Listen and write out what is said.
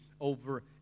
over